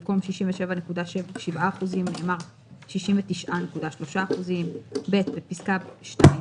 במקום "67.7%" נאמר "69.3%"; בפסקה (2),